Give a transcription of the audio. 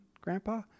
Grandpa